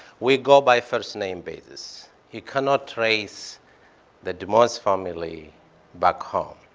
we go by first-name basis. you cannot trace the demoz family back home.